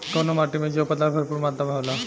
कउना माटी मे जैव पदार्थ भरपूर मात्रा में होला?